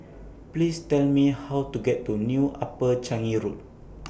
Please Tell Me How to get to New Upper Changi Road